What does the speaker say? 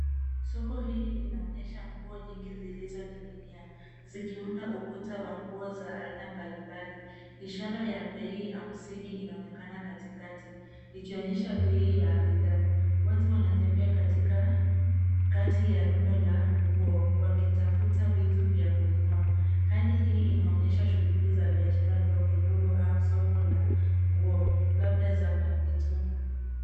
Soko hili linaonyesha nguo nyingi zilizonong'inia zikiunda ukuta wa nguo mbalimbali. Ishara ya bei hamsini inaonekana katikati ikionyesha bei ya bidhaa. Watu wanatembea kati ya rundo la nguo wakitafuta vitu vya kununua. Hali hii inaonyesha shughuli za biashara ndogondogo au soko la nguo labda za mitumba.